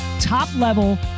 top-level